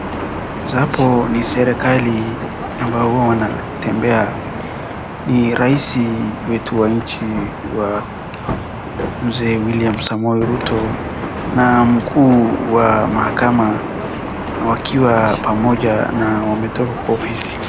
Serikali ambao wanatembea, ni Rais wetu wa nchi, Mzee William Samoei Ruto, na mkuu wa mahakama wakiwa pamoja, na wametoka kwa ofisi.